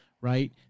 right